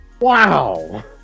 wow